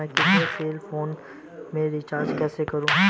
मैं अपने cell phone में रिचार्ज कैसे करूँ?